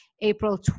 April